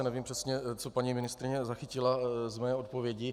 Nevím přesně, co paní ministryně zachytila z mé odpovědi.